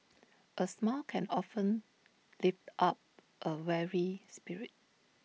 A smile can often lift up A weary spirit